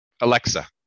Alexa